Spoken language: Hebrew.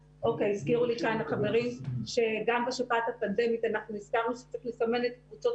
הזכירו לי כאן חברים שגם בשפעת הפנדמית אנחנו הזכרנו שצריך לסמן את קבוצות